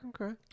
okay